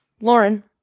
Lauren